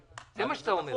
זה מה שאתה אומר.